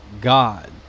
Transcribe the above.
God